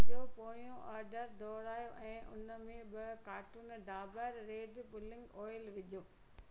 मुंहिंजो पोयों ऑर्डर दुहिरायो ऐं इनमें ॿ carton Dabur red pulling oil विझो